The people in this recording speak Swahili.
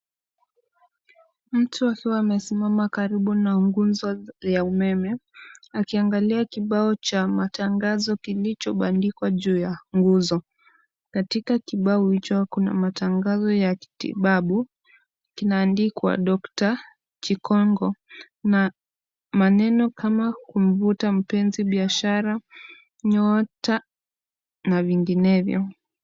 Mtu akiwa amesimama karibu na nguzo ya umeme akiangalia kibao cha matangazo kilichobandikwa juu ya nguzo. Katika kibao hicho kuna matangazo ya kitibabu kinaandikwa Dr. Chikongo na maneno kama kumvuta mpenzi, biashara, nyota na vinginevyo.